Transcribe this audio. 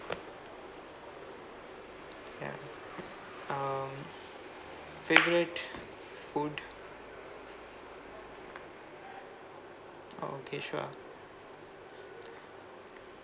ya um favourite food oh okay sure